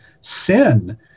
sin